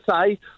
say